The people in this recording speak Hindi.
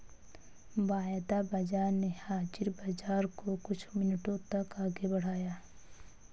वायदा बाजार ने हाजिर बाजार को कुछ मिनटों तक आगे बढ़ाया